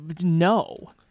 No